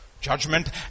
Judgment